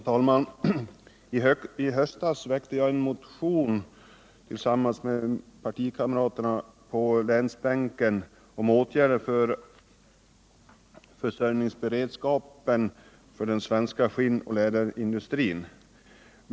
Herr talman! I höstas väckte jag en motion tillsammans med partikamraterna på länsbänken om åtgärder för försörjningsberedskapen i den svenska skinnoch läderindustrin.